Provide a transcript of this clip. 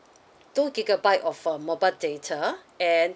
two gigabyte of uh mobile data and